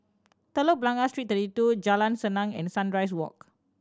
Telok Blangah Street Thirty Two Jalan Senang and Sunrise Walk